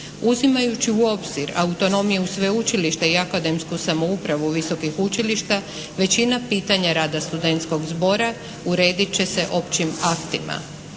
Uzimajući u obzir autonomiju Sveučilišta i akademsku samoupravu Visokih učilišta, većina pitanja rada studentskog zbora uredit će se općim aktima.